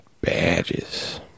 badges